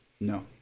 No